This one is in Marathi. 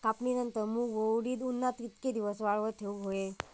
कापणीनंतर मूग व उडीद उन्हात कितके दिवस वाळवत ठेवूक व्हये?